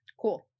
Cool